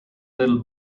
little